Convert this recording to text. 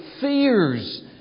fears